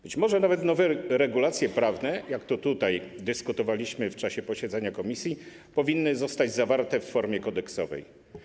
Być może nawet nowe regulacje prawne, jak to tutaj dyskutowaliśmy w czasie posiedzenia komisji, powinny zostać ujęte w formie kodeksowej.